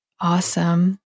Awesome